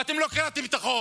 אתם לא קראתם את החוק.